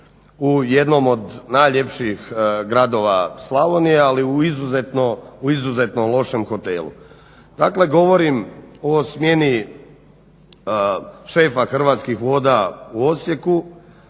u jednom od najljepših gradova Slavonije ali u izuzetno lošem hotelu. Dakle, govorim o smjeni šefa Hrvatskih voda u Osijeku